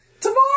Tomorrow